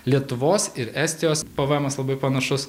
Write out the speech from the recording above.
lietuvos ir estijos pvmas labai panašus